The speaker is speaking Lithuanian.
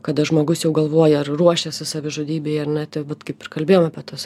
kada žmogus jau galvoja ar ruošiasi savižudybei ar ne tai vat kaip ir kalbėjom apie tos